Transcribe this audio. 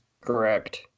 Correct